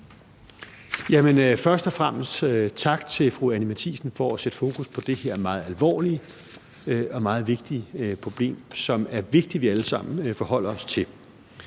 Først og fremmest tak til fru Anni Matthiesen for at sætte fokus på det her meget alvorlige og meget vigtige problem, som det er vigtigt at vi alle sammen forholder os til.